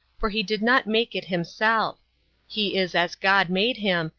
for he did not make it himself he is as god made him,